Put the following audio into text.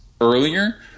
earlier